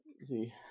See